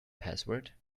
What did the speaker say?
password